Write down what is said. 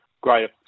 great